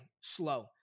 slow